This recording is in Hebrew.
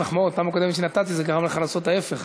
חבר הכנסת דב חנין.